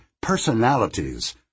personalities